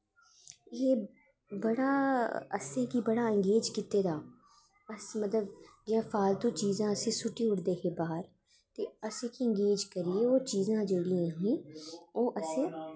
ते बड़ा असें गी बड़ा एंगेज कीते दा जि'यां फालतु चीजां अस सुट्टी ओड़दे हे बाह्र ते असें गी एंगेज करियै ओह् चीजां जेह्ड़ियां हियां ओह् असें